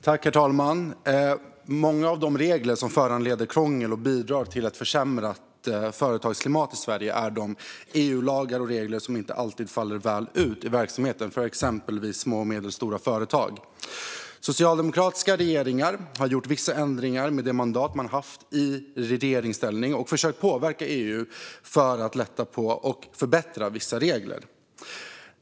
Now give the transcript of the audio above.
Herr talman! Många av de regler som föranleder krångel och bidrar till ett försämrat företagsklimat i Sverige är EU-lagar och EU-regler som inte alltid faller väl ut i verksamheten för exempelvis små och medelstora företag. Socialdemokratiska regeringar har gjort vissa ändringar med det mandat man haft i regeringsställning och försökt påverka EU att lätta på och förbättra vissa regler.